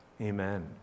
amen